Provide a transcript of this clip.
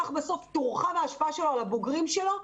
כך תורחב ההשפעה שלו על הבוגרים שלו,